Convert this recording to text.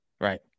Right